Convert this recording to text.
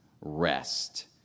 rest